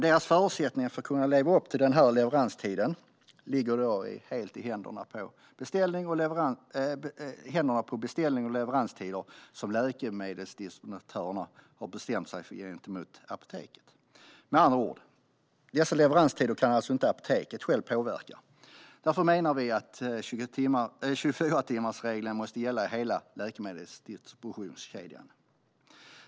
Deras förutsättningar att kunna leva upp till denna leveranstid ligger helt i händerna på de beställnings och leveranstider som läkemedelsdistributörerna har bestämt sig för gentemot apoteken. Med andra ord kan apoteken alltså inte själva påverka dessa leveranstider. Därför menar vi att 24-timmarsregeln måste gälla i hela läkemedelsdistributionskedjan.